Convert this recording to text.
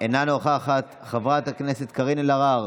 אינה נוכחת, חברת הכנסת קארין אלהרר,